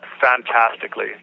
fantastically